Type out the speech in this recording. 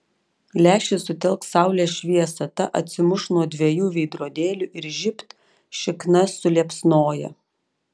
lęšis sutelks saulės šviesą ta atsimuš nuo dviejų veidrodėlių ir žibt šikna suliepsnoja